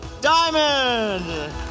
Diamond